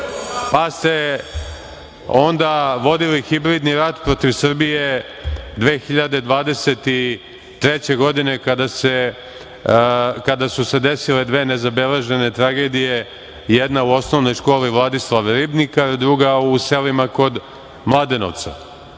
Pa, ste onda vodili hibridni rat protiv Srbije 2023. godine kada su se desile dve nezabeležene tragedije, jedna u OŠ „Vladislav Ribnikar“, druga u selima kod Mladenovca.